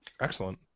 Excellent